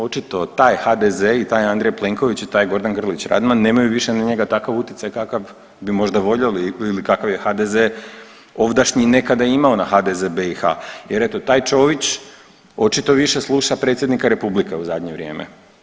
Očito taj HDZ i taj Andrej Plenković i taj Gordan Grlić Radman nemaju više na njega takav utjecaj kakav bi možda voljeli ili kakav je HDZ ovdašnji nekada imao na HDZ BiH jer eto taj Čović očito više sluša predsjednika Republike u zadnje vrijeme.